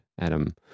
adam